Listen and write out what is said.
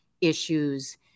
issues